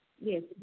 Yes